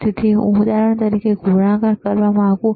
તેથી હું ઉદાહરણ તરીકે ગુણાકાર કરવા માંગુ છું